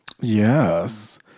Yes